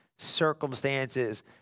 circumstances